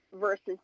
versus